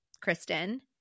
Kristen